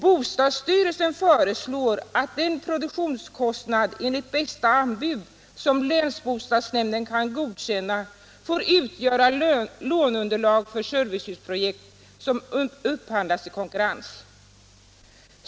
Bostadsstyrelsen föreslår att den produktionskostnad enligt bästa anbud som länsbostadsnämnden kan godkänna får utgöra låneunderlag för servicehusprojekt som upphandlas i konkurrens.